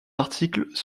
articles